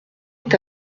est